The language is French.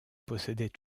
possédait